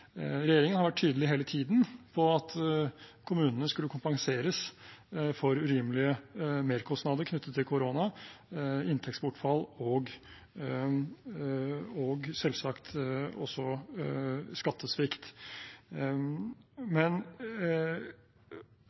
Regjeringen har hele tiden vært tydelig på at kommunene skulle kompenseres for urimelige merkostnader knyttet til korona, inntektsbortfall og selvsagt også skattesvikt.